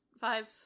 five